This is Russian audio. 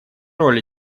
роль